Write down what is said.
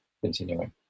continuing